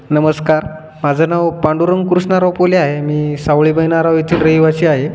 नमस्कार माझं नाव पांडुरंग कृष्णाराव पोले आहे मी सावळी बहिनाराव येथील रहिवासी आहे